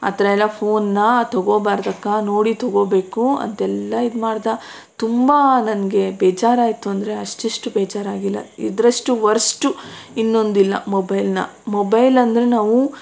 ಆ ಥರ ಎಲ್ಲ ಫೋನ್ನ ತಗೋಬಾರದಕ್ಕ ನೋಡಿ ತಗೋಬೇಕು ಅಂತೆಲ್ಲ ಇದು ಮಾಡಿದ ತುಂಬ ನನಗೆ ಬೇಜಾರಾಯಿತು ಅಂದರೆ ಅಷ್ಟಿಷ್ಟು ಬೇಜಾರಾಗಿಲ್ಲ ಇದರಷ್ಟು ವರ್ಸ್ಟು ಇನ್ನೊಂದಿಲ್ಲ ಮೊಬೈಲ್ನ ಮೊಬೈಲ್ ಅಂದರೆ ನಾವು